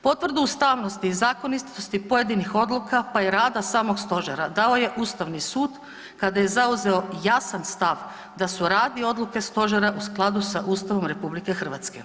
Potvrdu ustavnosti i zakonitosti pojedinih odluka, pa i rada samog Stožera dao je Ustavni sud kada je zauzeo jasan stav da su rad i odluke Stožera u skladu sa Ustavom Republike Hrvatske.